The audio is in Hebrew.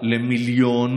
אופציה למיליון